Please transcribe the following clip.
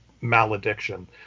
malediction